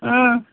ओ